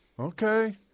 Okay